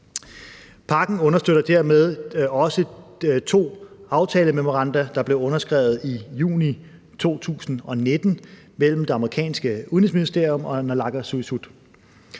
Pakken understøtter dermed også to aftalememoranda, der blev underskrevet i juni 2019 mellem det amerikanske udenrigsministerium og naalakkersuisut.